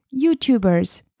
YouTubers